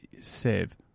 save